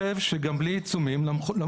אבל זה כלי חינוכי.